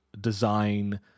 design